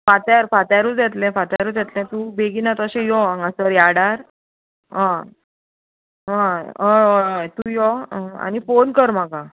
फांत्यार फांत्यारूच येतलें फांत्यारूच येतलें तूं बेगिना तशें यो हांगासर यार्डान हय हय हय हय हय तूं यो आनी फोन कर म्हाका